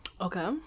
Okay